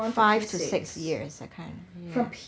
five to six years that kind mm